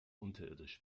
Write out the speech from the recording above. unterirdisch